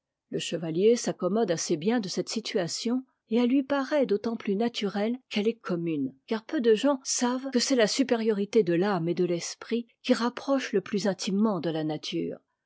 le chevalier s'accommode assez bien de cette situation et elle lui paraît d'autant plus naturelle qu'elle est commune car peu de gens savent que c'est la supériorité de l'âme et de l'esprit qui rapproche le plus intimement de la nature